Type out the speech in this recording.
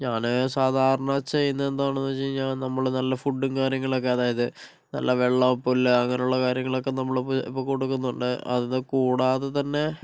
ഞാന് സാധാരണ ചെയ്യുന്നത് എന്താണെന്ന് വച്ച് കഴിഞ്ഞാൽ നമ്മള് നല്ല ഫുഡും കാര്യങ്ങളൊക്കെ അതായത് നല്ല വെള്ളവും പുല്ല് അങ്ങനുള്ള കാര്യങ്ങളൊക്കെ നമ്മളിപ്പോൾ ഇപ്പോൾ കൊടുക്കുന്നുണ്ട് അത് കൂടാതെ തന്നെ